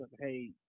hey